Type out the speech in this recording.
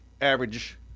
average